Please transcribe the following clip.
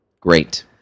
Great